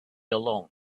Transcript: alone